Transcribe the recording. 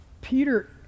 Peter